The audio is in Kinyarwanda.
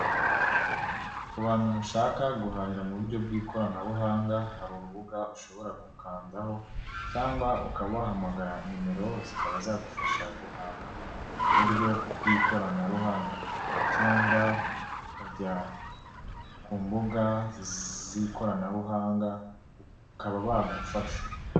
Ku bantu mushaka guhahira mu buryo bw'ikoranabuhanga, hari urubuga ushobora gukandaho cyangwa ukaba wahamagara nimero zikaba zagufasha guhaha mu buryo bw'ikoranabuhanga cyangwa ukajya ku mbuga z'ikoranabuhanga bakaba bagufasha.